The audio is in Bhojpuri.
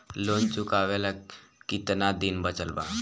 लोन चुकावे ला कितना दिन बचल बा?